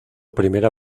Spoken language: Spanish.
primera